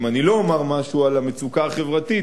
אם אני לא אומר משהו על המצוקה החברתית,